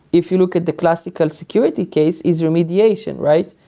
if you look at the classical security case, is remediation, right?